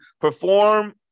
perform